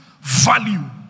value